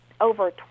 over